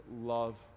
love